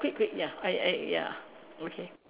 quick quick ya I I ya okay